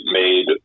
made